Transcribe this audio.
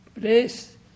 place